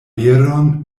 veron